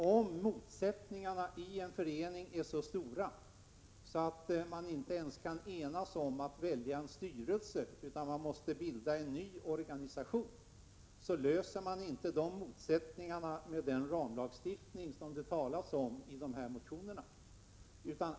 Om motsättningarna i en förening är så stora att man inte ens kan enas om att välja en styrelse utan måste bilda en ny organisation, så löser man inte de motsättningarna med den ramlagstiftning som det talas om i de här motionerna.